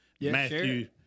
Matthew